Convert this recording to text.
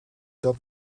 dat